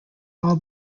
all